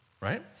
right